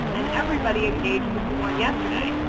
and everybody engaged with the one yesterday.